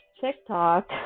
tiktok